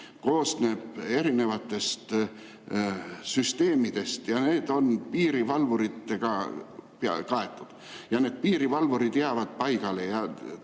koosneb erinevatest süsteemidest ja need on piirivalvuritega kaetud. Need piirivalvurid jäävad paigale ja